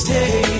Stay